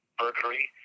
burglary